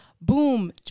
boom